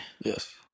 Yes